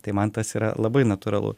tai man tas yra labai natūralu